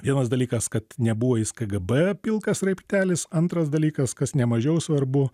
vienas dalykas kad nebuvo jis kgb pilkas sraigtelis antras dalykas kas nemažiau svarbu